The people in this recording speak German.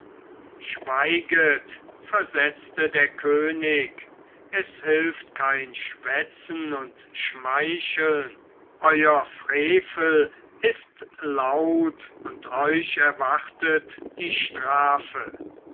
schweiget versetzte der könig es hilft kein schwätzen und schmeicheln euer frevel ist laut und euch erwartet die strafe